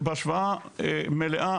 בהשוואה מלאה,